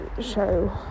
show